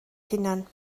hunan